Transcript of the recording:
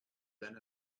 than